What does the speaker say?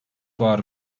var